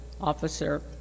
Officer